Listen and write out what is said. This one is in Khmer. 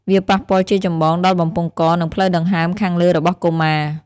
វាប៉ះពាល់ជាចម្បងដល់បំពង់ក និងផ្លូវដង្ហើមខាងលើរបស់កុមារ។